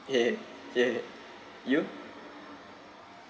yeah yeah yeah yeah you